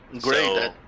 Great